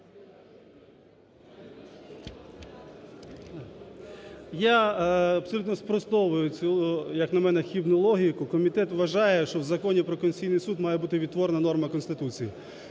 Я абсолютно спростовую цю, як на мене, хибну логіку. Комітет вважає, що в Законі про Конституційний Суд має бути відтворена норма Конституції.